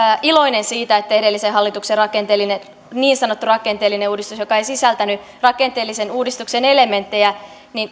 iloinen siitä että edellisen hallituksen niin sanottu rakenteellinen uudistus joka ei sisältänyt rakenteellisen uudistuksen elementtejä